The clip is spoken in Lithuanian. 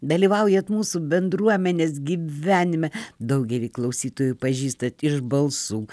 dalyvaujat mūsų bendruomenės gyvenime daugelį klausytojų pažįstat iš balsų